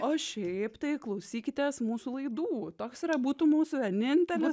o šiaip tai klausykitės mūsų laidų toks yra būtų mūsų vienintelis būtų